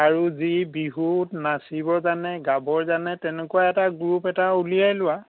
আৰু যি বিহুত নাচিব জানে গাব জানে তেনেকুৱা এটা গ্ৰুপ এটা উলিয়াই লোৱা